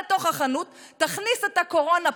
לתוך החנות, תכניס את הקורונה פנימה,